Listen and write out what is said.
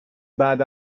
بعد